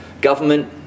Government